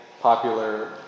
popular